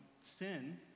sin